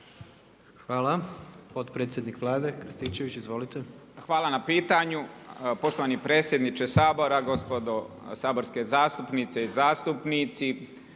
Hvala. Potpredsjednik Vlade, Krstičević, izvolite. **Krstičević, Damir (HDZ)** Hvala na pitanju. Poštovani predsjedniče Sabora, gospodo saborske zastupnice i zastupnici,